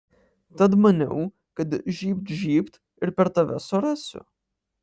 tad maniau kad žybt žybt ir per tave surasiu